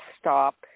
stop